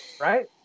Right